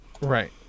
Right